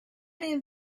didn’t